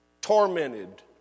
Tormented